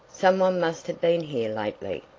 some one must have been here lately,